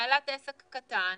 בעלת עסק קטן,